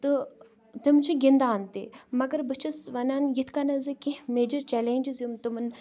تہٕ تِم چھِ گِندان تہِ مگر بہٕ چھس وَنان یِتھ کَنَن زِ کیٚنٛہہ میجَر چَلینجِس یِم تِمن